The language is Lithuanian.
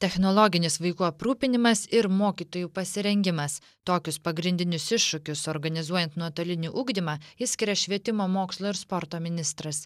technologinis vaikų aprūpinimas ir mokytojų pasirengimas tokius pagrindinius iššūkius organizuojant nuotolinį ugdymą išskiria švietimo mokslo ir sporto ministras